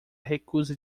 recusa